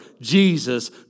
Jesus